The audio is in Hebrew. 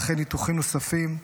ואחרי ניתוחים נוספים,